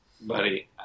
Buddy